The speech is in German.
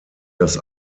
das